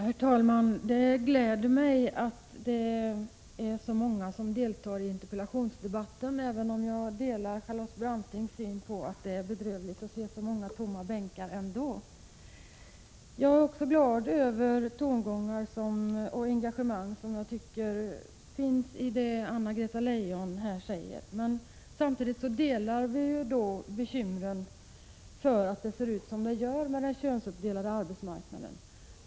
Herr talman! Det gläder mig att det är så många som deltar i den här interpellationsdebatten. Men ändå delar jag Charlotte Brantings uppfattning att det är bedrövligt att så många bänkar är tomma här. Jag är emellertid också glad över de tongångar och det engagemang som jag tycker mig finna i det som Anna-Greta Leijon här säger. Men samtidigt är även vi bekymrade över att det ser ut som det gör när det gäller könsuppdelningen på arbetsmarknaden.